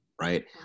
right